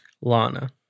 Lana